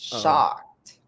shocked